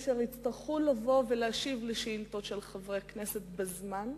אשר יצטרכו להשיב על שאילתות של חברי הכנסת בזמן,